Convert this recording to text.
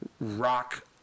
rock